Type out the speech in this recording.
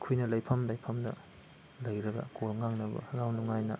ꯑꯩꯈꯣꯏꯅ ꯂꯩꯐꯝ ꯂꯩꯐꯝꯗ ꯂꯩꯔꯒ ꯀꯣꯜ ꯉꯥꯡꯅꯕ ꯍꯔꯥꯎ ꯅꯨꯡꯉꯥꯏꯅ